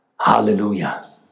Hallelujah